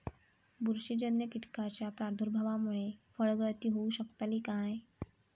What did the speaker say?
बुरशीजन्य कीटकाच्या प्रादुर्भावामूळे फळगळती होऊ शकतली काय?